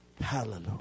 hallelujah